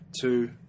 two